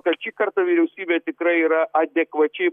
kad šį kartą vyriausybė tikrai yra adekvačiai